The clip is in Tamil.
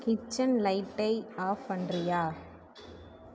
கிச்சன் லைட்டை ஆஃப் பண்ணுறியா